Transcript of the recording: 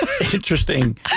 interesting